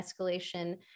escalation